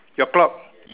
ya clock